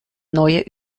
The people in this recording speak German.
neue